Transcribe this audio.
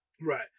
right